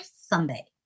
sunday